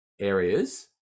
areas